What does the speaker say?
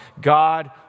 God